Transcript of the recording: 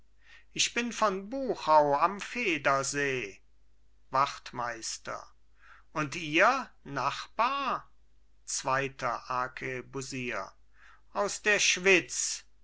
ich bin von buchau am feder see wachtmeister und ihr nachbar zweiter arkebusier aus der schwitz